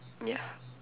yeah